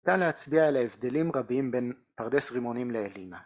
אפשר להצביע על ההבדלים הרבים בין פרדס רימונים לאלינה